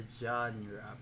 genre